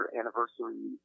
anniversary